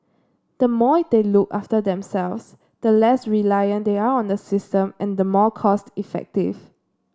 the more they look after themselves the less reliant they are on the system and the more cost effective